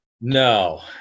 no